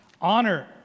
Honor